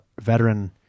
veteran